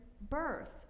birth